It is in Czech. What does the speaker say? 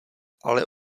ale